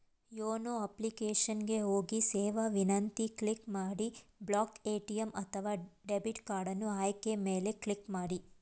YONO application ಗೆ ಹೋಗಿ ಸೇವಾ ವಿನಂತಿ ಕ್ಲಿಕ್ ಮಾಡಿ ಬ್ಲಾಕ್ ಎ.ಟಿ.ಎಂ ಅಥವಾ ಡೆಬಿಟ್ ಕಾರ್ಡನ್ನು ಆಯ್ಕೆಯ ಮೇಲೆ ಕ್ಲಿಕ್ ಮಾಡಿ